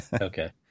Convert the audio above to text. Okay